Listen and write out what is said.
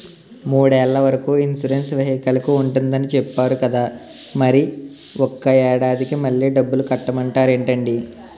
మూడేళ్ల వరకు ఇన్సురెన్సు వెహికల్కి ఉంటుందని చెప్పేరు కదా మరి ఒక్క ఏడాదికే మళ్ళి డబ్బులు కట్టమంటారేంటండీ?